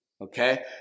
okay